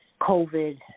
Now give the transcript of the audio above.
COVID